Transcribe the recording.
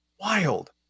wild